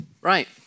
Right